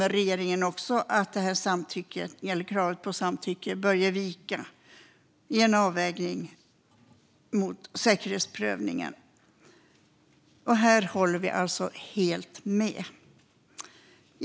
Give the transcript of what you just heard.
Regeringen bedömer också att kravet på samtycke bör ge vika vid en avvägning mot säkerhetsprövningen. Här håller vi alltså helt med.